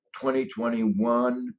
2021